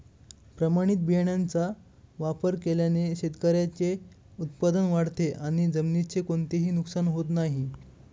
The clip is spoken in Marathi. प्रमाणित बियाण्यांचा वापर केल्याने शेतकऱ्याचे उत्पादन वाढते आणि जमिनीचे कोणतेही नुकसान होत नाही